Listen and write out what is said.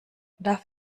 darf